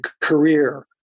career